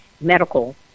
medical